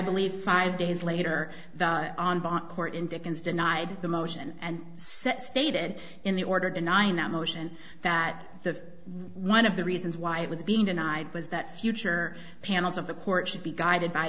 believe five days later on backcourt in dickens denied the motion and set stated in the order denying that motion that the one of the reasons why it was being denied was that future panels of the court should be guided by